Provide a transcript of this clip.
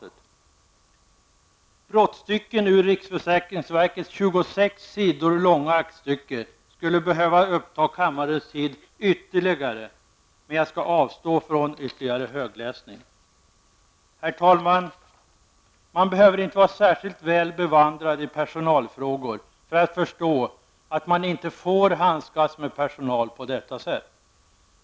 Brottstycken ur riksförsäkringsverkets 26 s. långa aktstycke skulle behöva uppta kammarens tid ytterligare, men jag skall avstå från vidare högläsning. Herr talman! Man behöver inte vara särskilt väl bevandrad i personalfrågor för att förstå att man inte får handskas med personal på detta sätt.